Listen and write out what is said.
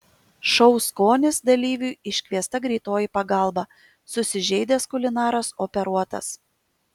šou skonis dalyviui iškviesta greitoji pagalba susižeidęs kulinaras operuotas